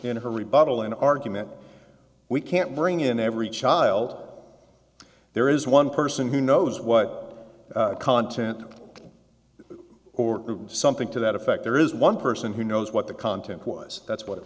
rebuttal an argument we can't bring in every child there is one person who knows what content or something to that effect there is one person who knows what the content was that's what